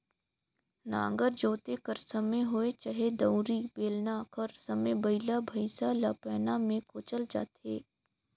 नांगर जोते कर समे होए चहे दउंरी, बेलना कर समे बइला भइसा ल पैना मे कोचल जाथे